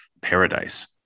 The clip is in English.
paradise